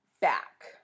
back